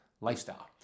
lifestyle